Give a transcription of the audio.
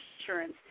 insurance